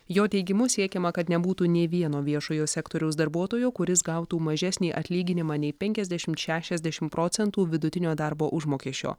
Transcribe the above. jo teigimu siekiama kad nebūtų nė vieno viešojo sektoriaus darbuotojo kuris gautų mažesnį atlyginimą nei penkiasdešim šešiasdešim procentų vidutinio darbo užmokesčio